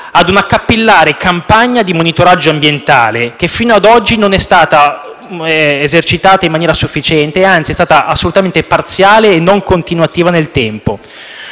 a una capillare campagna di monitoraggio ambientale, che fino a oggi non è stata esercitata in maniera sufficiente, anzi, è stata assolutamente parziale e non continuativa nel tempo.